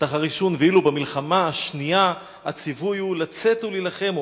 ואילו במלחמה השנייה הציווי הוא לצאת ולהילחם.